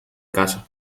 casa